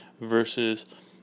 versus